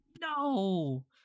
No